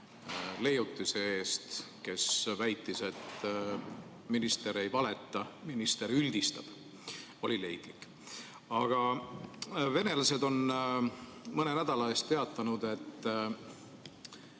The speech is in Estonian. leiutise eest, kes väitis, et minister ei valeta, minister üldistab. See oli leidlik. Aga venelased mõne nädala eest teatasid, et